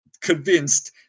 convinced